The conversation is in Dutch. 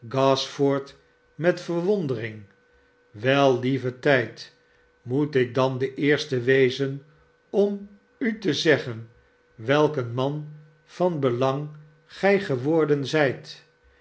gashford met verwondenng wel lieve tijd moet ik dan de eerste wezen om u te zeggen welk een man van belang gij geworden zijt